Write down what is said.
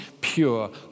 pure